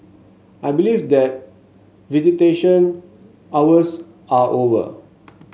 I believe that visitation hours are over